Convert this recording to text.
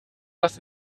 was